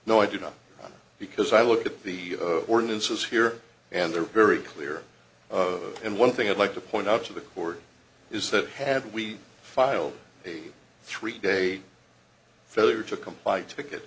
no i do not because i look at the ordinances here and they're very clear and one thing i'd like to point out to the court is that had we filed a three day failure to comply to get